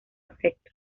efecto